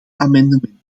amendementen